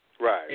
Right